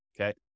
okay